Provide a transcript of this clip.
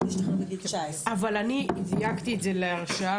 להשתחרר בגיל 19. אבל אני דייקתי את זה להרשעה,